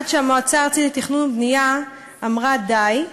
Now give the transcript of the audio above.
עד שהמועצה הארצית לתכנון ובנייה אמרה די,